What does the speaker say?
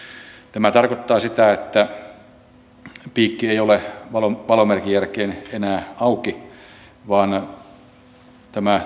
tämä tarkoittaa sitä että piikki ei ole valomerkin jälkeen enää auki tämä